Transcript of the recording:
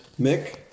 Mick